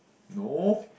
no